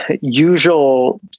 usual